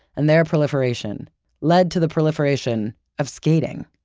and their proliferation lead to the proliferation of skating.